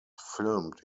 filmed